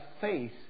faith